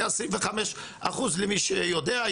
היה 25% למי שיודע,